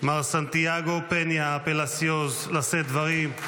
מר סנטיאגו פניה פלסיוס, לשאת דברים.